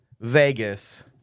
Vegas